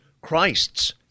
Christ's